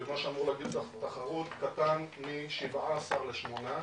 מה שאמור להגדיל את התחרות, קטן משבעה עשר לשמונה.